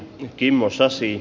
kimmo sasi